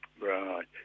Right